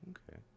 Okay